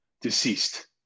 deceased